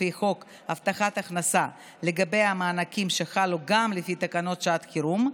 לפי חוק הבטחת הכנסה לגבי המענקים שחלו גם לפי תקנות שעת החירום,